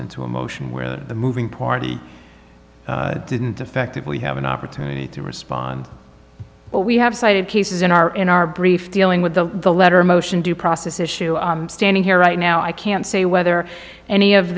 into a motion where the moving party didn't effectively have an opportunity to respond but we have cited cases in our in our brief dealing with the the letter motion due process issue standing here right now i can't say whether any of